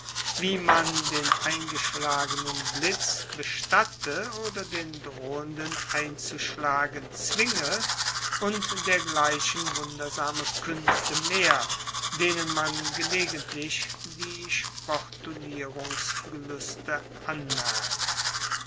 wie man den eingeschlagenen blitz bestatte oder den drohenden einzuschlagen zwinge und dergleichen wundersame kuenste mehr denen man gelegentlich die sportulierungsgelueste anmerkt